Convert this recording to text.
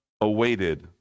awaited